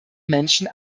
menschen